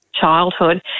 childhood